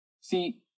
See